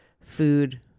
food